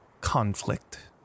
conflict